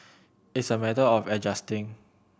it's a matter of adjusting